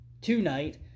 tonight